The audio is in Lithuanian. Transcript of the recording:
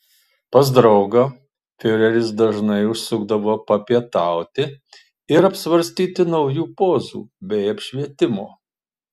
pas draugą fiureris dažnai užsukdavo papietauti ir apsvarstyti naujų pozų bei apšvietimo